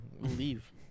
leave